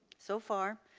so far,